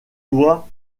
toi